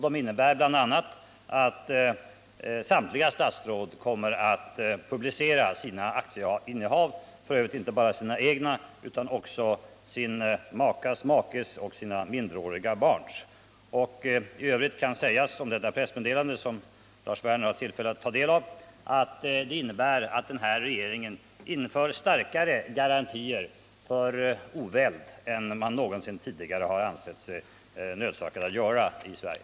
De innebär bl.a. att samtliga statsråd kommer att publicera sina aktieinnehav — f. ö. inte bara sina egna utan också sin makes/makas och sina minderåriga barns. I övrigt kan sägas om detta pressmeddelande, som Lars Werner har tillfälle att ta del av, att det innebär att den nuvarande regeringen inför starkare garantier för oväld än man någonsin tidigare har ansett sig nödsakad att göra i Sverige.